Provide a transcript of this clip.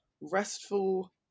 restful